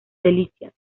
delicias